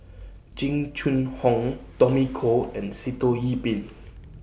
Jing Jun Hong Tommy Koh and Sitoh Yih Pin